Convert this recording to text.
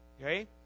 Okay